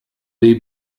dei